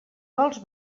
vols